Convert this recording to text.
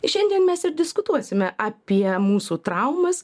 šiandien mes ir diskutuosime apie mūsų traumas